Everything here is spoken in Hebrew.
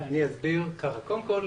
קודם כל,